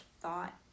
thought